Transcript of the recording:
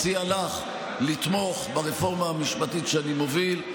מציע לך לתמוך ברפורמה המשפטית שאני מוביל,